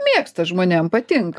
mėgsta žmonėm patinka